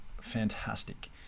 fantastic